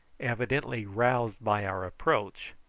evidently roused by our approach,